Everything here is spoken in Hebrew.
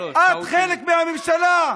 את חלק מהממשלה.